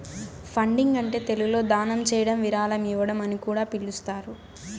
funding అంటే తెలుగులో దానం చేయడం విరాళం ఇవ్వడం అని కూడా పిలుస్తారు